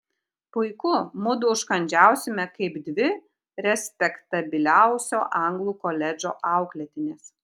puiku mudu užkandžiausime kaip dvi respektabiliausio anglų koledžo auklėtinės